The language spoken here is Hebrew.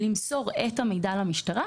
למסור את המידע למשטרה,